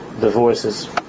divorces